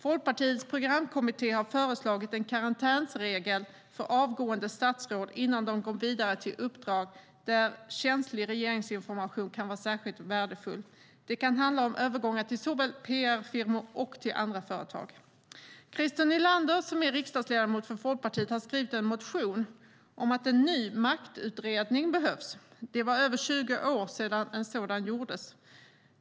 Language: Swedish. Folkpartiets programkommitté har föreslagit en karantänsregel för avgående statsråd innan de går vidare till uppdrag där känslig regeringsinformation kan vara särskilt värdefull. Det kan handla om övergångar till såväl PR-firmor som andra företag. Christer Nylander, som är riksdagsledamot för Folkpartiet, har skrivit en motion om att en ny maktutredning behövs. Det var över 20 år sedan en sådan gjordes.